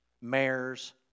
mayors